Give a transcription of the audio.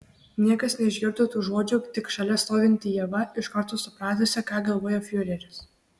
niekas neišgirdo tų žodžių tik šalia stovinti ieva iš karto supratusi ką galvoja fiureris